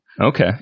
Okay